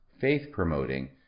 faith-promoting